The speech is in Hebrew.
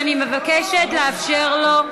אני מבקשת לאפשר לו.